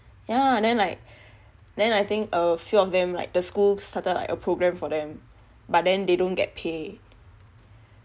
yah then like then I think a few of them like the school started like a programme for them but then they don't get pay